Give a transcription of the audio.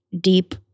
deep